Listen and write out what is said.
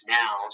now